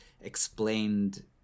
explained